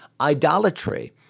idolatry